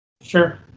Sure